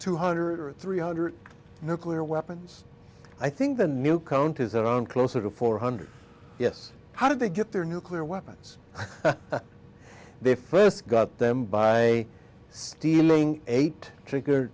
two hundred or three hundred nuclear weapons i think the new count is that on closer to four hundred yes how did they get their nuclear weapons they first got them by stealing eight trigger